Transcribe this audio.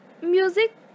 music